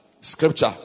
scripture